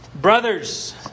Brothers